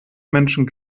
menschen